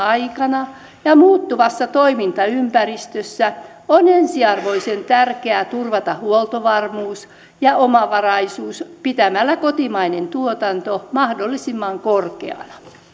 aikana ja muuttuvassa toimintaympäristössä on ensiarvoisen tärkeää turvata huoltovarmuus ja omavaraisuus pitämällä kotimainen tuotanto mahdollisimman korkeana